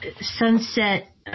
Sunset